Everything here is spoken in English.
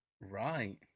Right